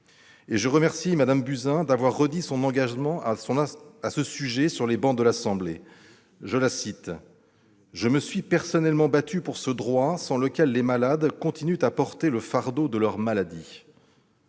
Je remercie Mme Buzyn d'avoir redit son engagement à ce sujet à cette occasion. Je la cite :« Je me suis personnellement battue pour ce droit sans lequel les malades continuent à porter le fardeau de leur maladie. »